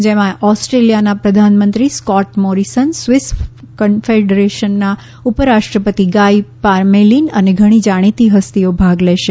જેમાં ઓસેજીલિયાના પ્રધાનમંત્રી સ્ક્રીટ મોરિસન સ્વીસ કન્ફેડરેશનના ઉપરાષ્ટ્રાપતિ ગાઇ પારમેલિન અને ઘણી જાણીતી હસ્તીઓ ભાગ લેશે